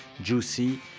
juicy